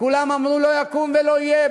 כולם אמרו: לא יקום ולא יהיה,